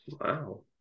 wow